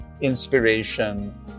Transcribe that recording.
inspiration